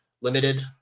Limited